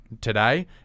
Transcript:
today